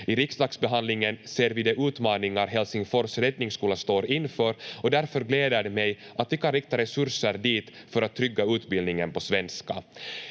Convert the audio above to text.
riksdagsbehandlingen ser vi de utmaningar Helsingfors Räddningsskola står inför, och därför gläder det mig att vi kan rikta resurser dit för att trygga utbildningen på svenska.